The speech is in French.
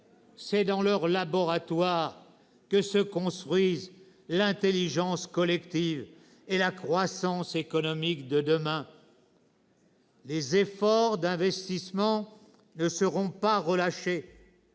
C'est dans leurs laboratoires que se construisent l'intelligence collective et la croissance économique de demain. « Les efforts d'investissement ne seront pas relâchés.